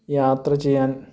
യാത്ര ചെയ്യാൻ